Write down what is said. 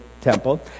temple